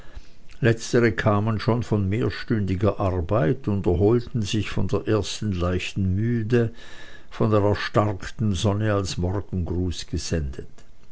letztere kamen schon von mehrstündiger arbeit und erholten sich von der ersten leichten müde von der erstarkten sonne als morgengruß gesendet